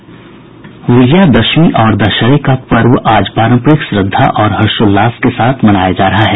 विजयदशमी और दशहरे का पर्व आज पारंपरिक श्रद्धा और हर्षोल्लास से मनाया जा रहा है